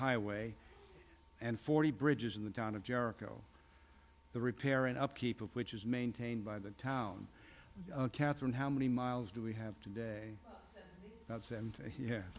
highway and forty bridges in the town of jericho the repair and upkeep of which is maintained by the town katherine how many miles do we have today that's